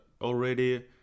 already